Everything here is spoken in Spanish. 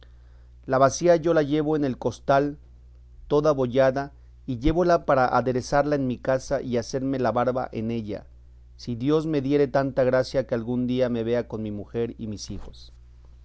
la bacía yo la llevo en el costal toda abollada y llévola para aderezarla en mi casa y hacerme la barba en ella si dios me diere tanta gracia que algún día me vea con mi mujer y hijos